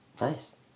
Nice